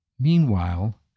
Meanwhile